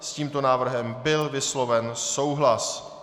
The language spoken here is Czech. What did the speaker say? S tímto návrhem byl vysloven souhlas.